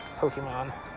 Pokemon